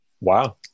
Wow